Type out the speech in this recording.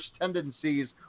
tendencies